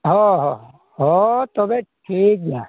ᱦᱳᱭ ᱦᱳᱭ ᱛᱚᱵᱮ ᱴᱷᱤᱠ ᱜᱮᱭᱟ